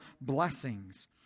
blessings